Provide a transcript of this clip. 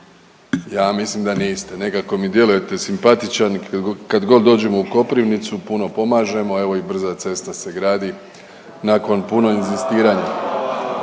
Ja mislim da niste, nekako mi djelujete simpatičan, kad god dođemo u Koprivnicu, puno pomažemo, evo i brza cesta se gradi nakon puno inzistiranja,